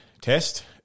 test